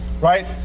right